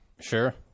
sure